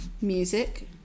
Music